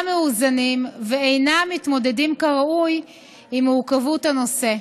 מאוזנים ואינם מתמודדים כראוי עם מורכבות הנושא,